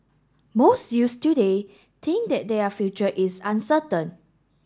most youths today think that their future is uncertain